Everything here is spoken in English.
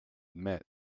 admit